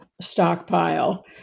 stockpile